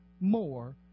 more